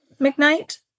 McKnight